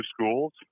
schools